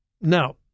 Now